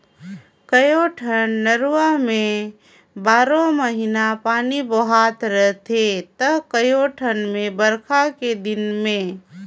कयोठन नरूवा में बारो महिना पानी बोहात रहथे त कयोठन मे बइरखा के दिन में